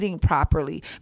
properly